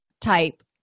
type